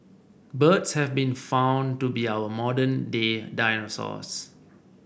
birds have been found to be our modern day dinosaurs